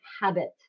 habit